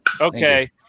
Okay